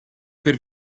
per